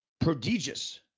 prodigious